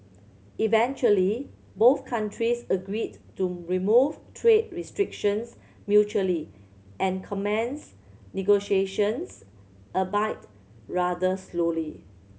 eventually both countries agreed to remove trade restrictions mutually and commence negotiations rather slowly